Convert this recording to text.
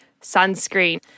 sunscreen